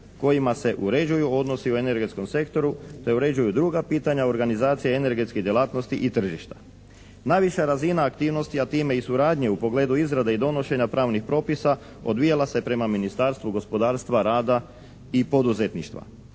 kojima se uređuju odnosi u energetskom sektoru te uređuju druga pitanja u organizaciji energetskih djelatnosti i tržišta. Najviša razina aktivnosti, a time i suradnje u pogledu izrade i donošenja pravnih propisa odvijala se prema Ministarstvu gospodarstva, rada i poduzetništva.